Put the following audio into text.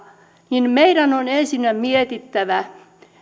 niin meidän on ensinnäkin mietittävä